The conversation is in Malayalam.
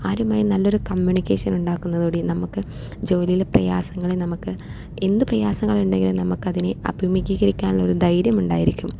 അവരുമായി നല്ലൊരു കമ്മ്യൂണിക്കേഷൻ ഉണ്ടാക്കുന്നതൊടു കൂടി നമുക്ക് ജോലിയിലെ പ്രയാസങ്ങളെ നമുക്ക് എന്ത് പ്രയാസങ്ങളുണ്ടെങ്കിലും നമുക്കതിനെ അഭിമുഖീകരിക്കാനുള്ള ഒരു ധൈര്യമുണ്ടായിരിക്കും